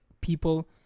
people